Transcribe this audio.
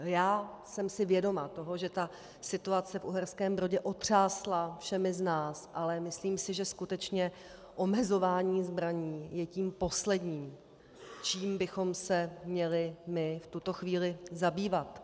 Já jsem si vědoma toho, že situace v Uherském Brodě otřásla všemi z nás, ale myslím si, že skutečně omezování zbraní je tím posledním, čím bychom se měli my v tuto chvíli zabývat.